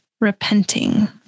Repenting